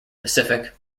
pacific